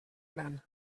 gran